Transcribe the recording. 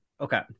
Okay